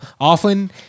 Often